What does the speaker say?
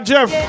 Jeff